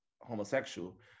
homosexual